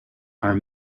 are